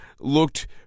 looked